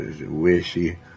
wishy